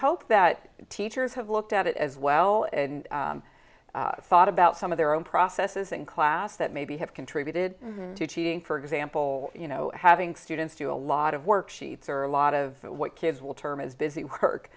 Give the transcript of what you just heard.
hope that teachers have looked at it as well and thought about some of their own processes in class that maybe have contributed to cheating for example you know having students do a lot of worksheets or a lot of what kids will term is busy